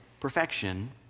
perfection